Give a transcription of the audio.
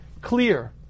clear